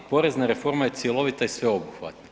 Porezna reforma je cjelovita i sveobuhvatna.